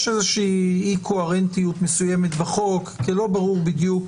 יש איזושהי אי-קוהרנטיות מסוימת בחוק כי לא ברור בדיוק